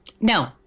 No